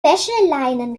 wäscheleinen